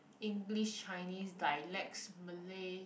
english chinese dialects malay